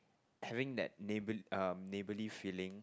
having that neighbor um neighbourly feeling